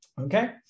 Okay